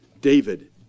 David